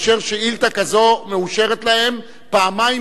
אשר שאילתא כזאת מאושרת להם פעמיים